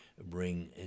bring